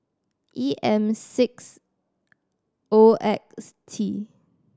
E M six O X T